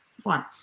fine